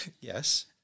Yes